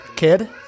kid